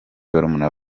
barumuna